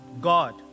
God